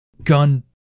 Gun